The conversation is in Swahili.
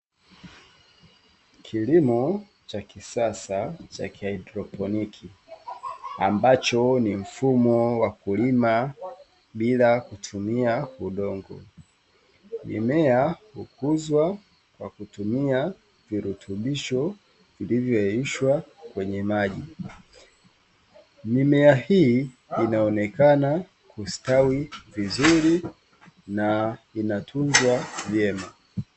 Kilimo cha kisasa cha kihaidroponi ambacho ni mfumo wa kulima bila kutumia udongo, mimea hukuzwa kwa kutumia virutubisho vilivyoyeyushwa kwenye maji, mimea hii inaonekana kustawi vizuri na inatunzwa vyema.